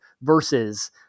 versus